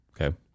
Okay